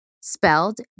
spelled